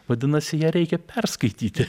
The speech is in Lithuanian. vadinasi ją reikia perskaityti